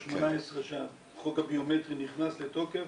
2018 כשהחוק הביומטרי נכנס לתוקף,